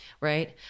right